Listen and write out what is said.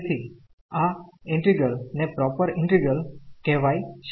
તેથી આ ઈન્ટિગ્રલને પ્રોપર ઈન્ટિગ્રલ કહેવાય છે